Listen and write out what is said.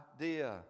idea